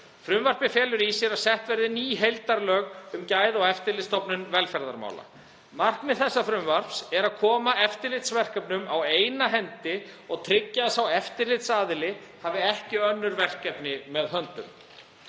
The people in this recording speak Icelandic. Frumvarpið felur í sér að sett verði ný heildarlög um Gæða- og eftirlitsstofnun velferðarmála. Markmið þessa frumvarps er að koma eftirlitsverkefnum á eina hendi og tryggja að sá eftirlitsaðili hafi ekki önnur verkefni með höndum.